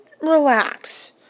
relax